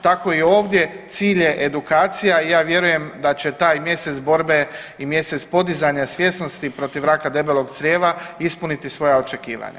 Tako i ovdje cilj je edukacija i ja vjerujem da će taj mjesec borbe i mjesec podizanja svjesnosti protiv raka debelog crijeva ispuniti svoja očekivanja.